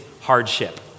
hardship